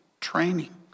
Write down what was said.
training